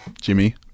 Jimmy